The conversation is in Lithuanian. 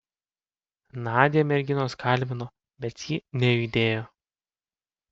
nadią merginos kalbino bet ji nejudėjo